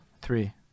three